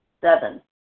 Seven